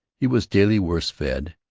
he was daily worse fed,